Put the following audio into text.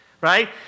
right